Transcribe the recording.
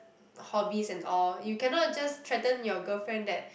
hobbies and all you cannot just threaten your girlfriend that